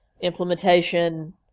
implementation